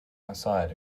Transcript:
outside